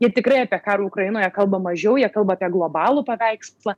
jie tikrai apie karą ukrainoje kalba mažiau jie kalba apie globalų paveikslą